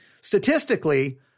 statistically